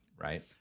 Right